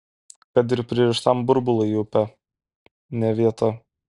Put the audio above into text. kad ir pririštam burbului upė ne vieta